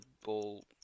ball